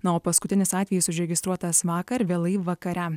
na o paskutinis atvejis užregistruotas vakar vėlai vakare